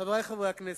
חברי חברי הכנסת,